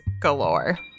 galore